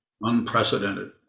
unprecedented